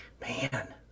man